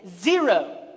zero